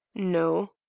no.